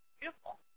Beautiful